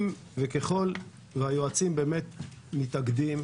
ככל שהיועצים מתאגדים,